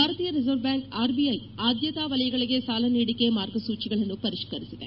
ಭಾರತೀಯ reserve bank RBI ಆದ್ಯತಾ ವಲಯಗಳಿಗೆ ಸಾಲ ನೀಡಿಕೆ ಮಾರ್ಗಸೂಚಿಗಳನ್ನು ಪರಿಷ್ಕರಿಸಿದೆ